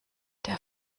der